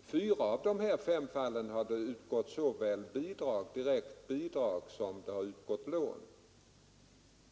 fyra av de fallen har det utgått såväl direkt bidrag som lån.